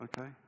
Okay